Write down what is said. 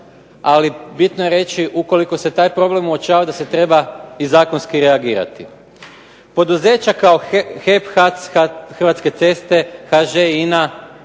ali bitno je reći ukoliko se taj problem uočava da se treba i zakonski reagirati. Poduzeća kao HEP, HAC, Hrvatske ceste, HŽ, INA